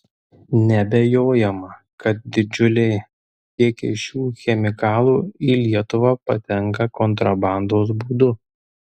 neabejojama kad didžiuliai kiekiai šių chemikalų į lietuvą patenka kontrabandos būdu